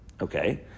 okay